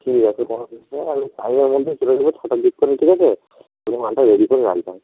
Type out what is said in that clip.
ঠিক আছে কোনো আর ওই টাইমে বলতে ছটার দিক করে ঠিক আছে একটু মালটা রেডি করে রাখবেন